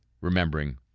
remembering